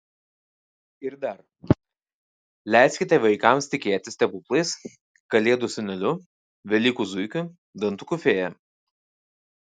ir dar leiskite vaikams tikėti stebuklais kalėdų seneliu velykų zuikiu dantukų fėja